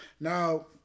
Now